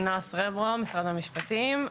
נועה סרברו, משרד המשפטים.